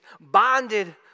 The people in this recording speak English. bonded